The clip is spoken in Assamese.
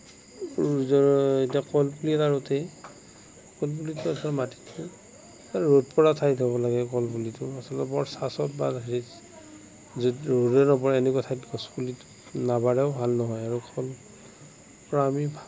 প্ৰয়োজন এতিয়া কলিপুলি এটা ৰুওঁতেই কলপুলিটো আচলতে মাটিটো এই ৰ'দ পৰা ঠাইত হ'ব লাগে কলপুলিটো আচলতে বৰ চাঁচত বা হেৰিত যদি ৰ'দে নপৰে এনেকুৱা ঠাইত গছ পুলিটো নাবাঢ়েও ভালো নহয়